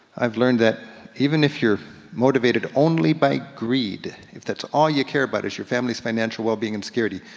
i've learned that even if you're motivated only by greed, if that's all you care about is your family's financial wellbeing and security.